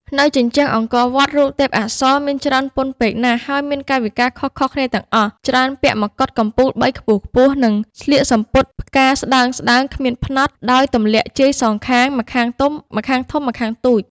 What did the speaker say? នៅជញ្ជាំងអង្គរវត្ដ រូបទេពអប្សរមានច្រើនពន់ពេកណាស់ ហើយមានកាយវិការខុសៗគ្នាទាំងអស់ ច្រើនពាក់មកុដកំពូលបីខ្ពស់ៗ និងស្លៀកសំពត់ផ្កាស្ដើងៗគ្មានផ្នត់ ដោយទម្លាក់ជាយសងខាង ម្ខាងធំ ម្ខាងតូច ។